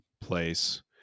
place